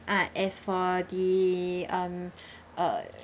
ah as for the um uh